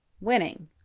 winning